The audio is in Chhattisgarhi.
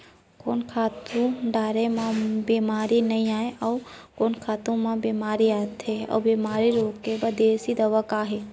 कोन खातू डारे म बेमारी नई आये, अऊ कोन खातू म बेमारी आथे अऊ बेमारी रोके बर देसी दवा का हे?